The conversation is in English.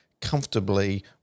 comfortably